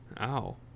ow